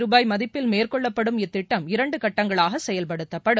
ரூபாய் மதிப்பில் மேற்கொள்ளப்படும் இத்திட்டம் இரண்டு கட்டங்களாக செயல்படுத்தப்படும்